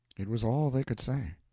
it was all they could say.